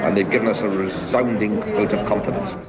ah they've given us a resounding vote of confidence.